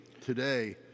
today